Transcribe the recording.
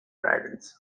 dragons